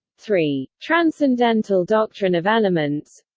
three. transcendental doctrine of elements